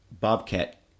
Bobcat